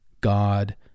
God